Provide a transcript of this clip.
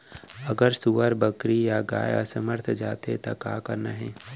अगर सुअर, बकरी या गाय असमर्थ जाथे ता का करना हे?